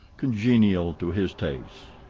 congenial to his tastes.